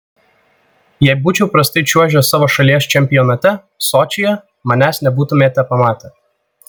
jei būčiau prastai čiuožęs savo šalies čempionate sočyje manęs nebūtumėte pamatę